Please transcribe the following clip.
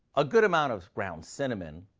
a good amount of ground cinnamon,